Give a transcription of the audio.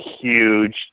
huge